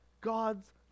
God's